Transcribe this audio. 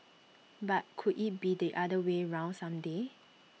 but could IT be the other way round some day